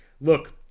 look